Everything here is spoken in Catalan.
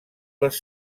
les